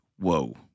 whoa